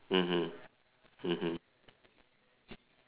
mmhmm mmhmm